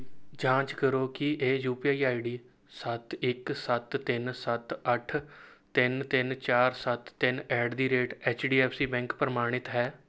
ਜਾਂਚ ਕਰੋ ਕਿ ਇਹ U P I I D ਸੱਤ ਇੱਕ ਸੱਤ ਤਿੰਨ ਸੱਤ ਅੱਠ ਤਿੰਨ ਤਿੰਨ ਚਾਰ ਸੱਤ ਤਿੰਨ at the rate H D F C bank ਪ੍ਰਮਾਣਿਤ ਹੈ